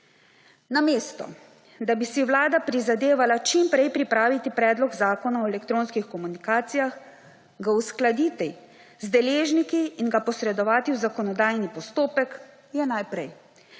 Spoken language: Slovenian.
Namesto da bi si vlada prizadevala čim prej pripraviti Predlog zakona o elektronskih komunikacijah, ga uskladiti z deležniki in ga posredovati v zakonodajni postopek, je naprej